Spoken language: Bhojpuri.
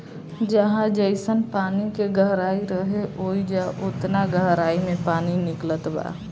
जहाँ जइसन पानी के गहराई रहे, ओइजा ओतना गहराई मे पानी निकलत बा